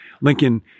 Lincoln